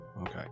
okay